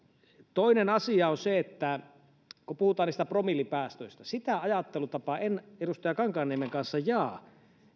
toinen asia on se kun puhutaan promillepäästöistä sitä ajattelutapaa en edustaja kankaanniemen kanssa jaa